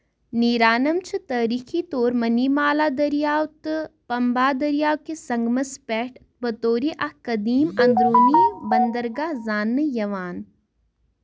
نیرانم چھُ تٲریٖخی طور منیمالا دریاو تہٕ پمبا دریاو کِس سنگمَس پٮ۪ٹھ بطور اکھ قدیم اندرونی بندرگاہ زاننہٕ یِوان